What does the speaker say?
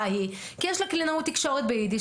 ההיא כי לזאת יש קלינאות תקשורת ביידיש.